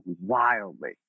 wildly